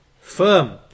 firm